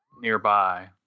nearby